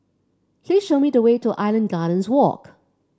please show me the way to Island Gardens Walk